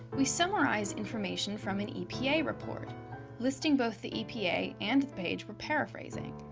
we summarize information from an epa report listing both the epa and the page we're paraphrasing.